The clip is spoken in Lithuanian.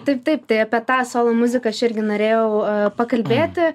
taip taip tai apie tą solo muziką aš irgi norėjau pakalbėti